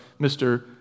Mr